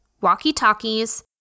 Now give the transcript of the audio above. walkie-talkies